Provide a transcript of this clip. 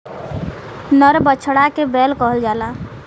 नर बछड़ा के बैल कहल जाला